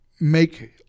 make